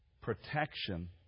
protection